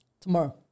Tomorrow